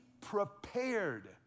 prepared